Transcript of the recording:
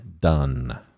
done